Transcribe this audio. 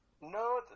No